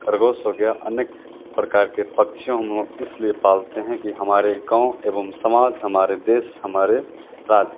ख़रगोश हो गया अनेक प्रकार के पक्षियों हम लोग इसलिए पालते हैं कि हमारे गाँव एवं समाज हमारे देश हमारे राज्य